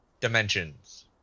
dimensions